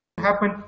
happen